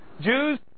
Jews